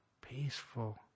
peaceful